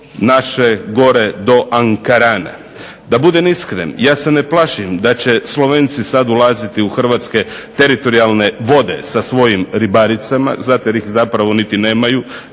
naše gore do Ankarana. Da budem iskren ja se ne plašim da će Slovenci sad ulaziti u hrvatske teritorijalne vode sa svojim ribaricama zato jer ih zapravo niti nemaju,